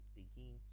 begin